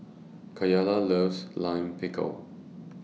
Cayla loves Lime Pickle